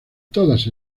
todas